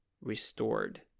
restored